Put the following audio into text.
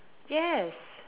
yes